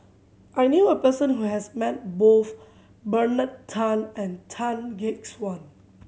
I knew a person who has met both Bernard Tan and Tan Gek Suan